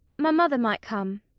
my mother might come.